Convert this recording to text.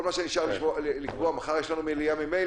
כל מה שנשאר זה לקבוע, מחר יש לנו מליאה ממילא,